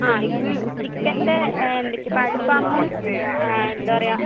ആ ഇപ്പം ചിക്കൻ്റെ എന്തൊക്കെ ഇപ്പം അൽഫാമും ആ എന്താ പറയുക